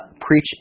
preach